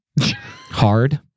hard